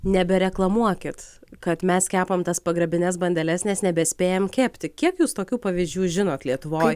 nebe reklamuokit kad mes kepam tas pagrabines bandeles nes nebespėjam kepti kiek jūs tokių pavyzdžių žinot lietuvoj